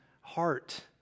heart